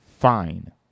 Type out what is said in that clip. fine